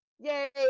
Yay